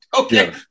Okay